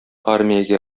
армиягә